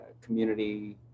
community